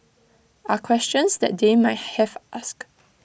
are questions that they might have asked